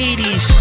80s